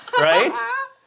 right